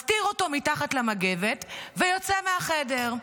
מסתיר אותו מתחת למגבת, ויוצא מהחדר.